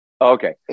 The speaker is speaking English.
Okay